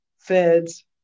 feds